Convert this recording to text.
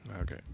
Okay